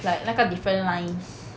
like 那个 different lines